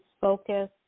focus